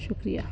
شکریہ